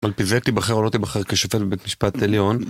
על פי זה תיבחר או לא תיבחר כשופט בבית משפט עליון